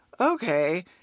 okay